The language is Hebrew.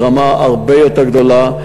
ברמה הרבה יותר גבוהה.